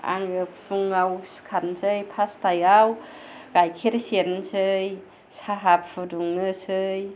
आङो फुङाव सिखारनोसै फास्टायाव गाइखेर सेरनोसै साहा फुदुंनोसै